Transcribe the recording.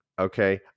okay